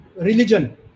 religion